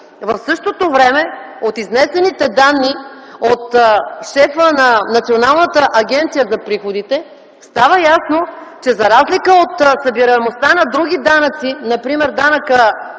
В същото време от изнесените данни от шефа на Националната агенция за приходите става ясно, че за разлика от събираемостта на други данъци, например ДДС,